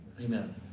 Amen